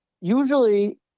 usually